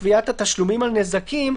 סעיף קטן (ב): "לבעלי התפקידים המוסמכים,